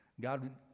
God